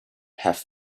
have